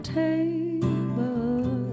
table